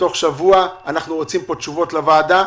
בתוך שבוע אנחנו רוצים תשובות לוועדה,